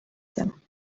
them